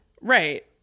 Right